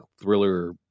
thriller